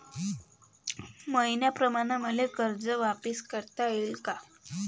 मईन्याप्रमाणं मले कर्ज वापिस करता येईन का?